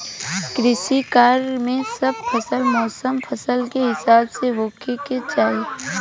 कृषि कार्य मे सब समय मौसम फसल के हिसाब से होखे के चाही